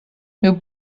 meu